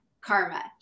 karma